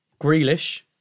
Grealish